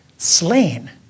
slain